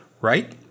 right